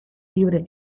libre